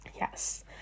Yes